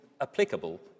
applicable